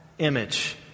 image